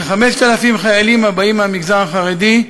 כ-5,000 חיילים הבאים מהמגזר החרדי,